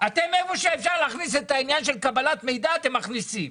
אתם איפה שאפשר להכניס את העניין של קבלת מידע אתם מכניסים.